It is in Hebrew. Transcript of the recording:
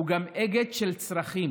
הוא גם אגד של צרכים,